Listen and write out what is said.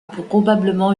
probablement